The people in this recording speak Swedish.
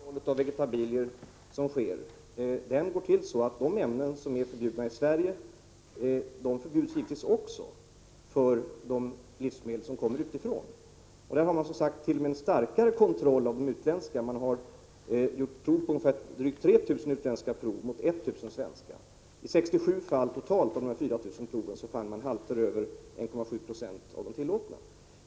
Herr talman! Den kontroll av vegetabilier som sker går till så att de ämnen som är förbjudna i Sverige givetvis också förbjuds när det gäller de livsmedel som kommer utifrån. Man har som sagt t.o.m. en strängare kontroll av de utländska livsmedlen. Man har gjort drygt 3 000 utländska prov mot 1 000 svenska. Av dessa 4 000 prov fann man i totalt 67 fall, dvs. 1,7 90, halter över de tillåtna.